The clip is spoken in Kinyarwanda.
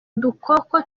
dukoko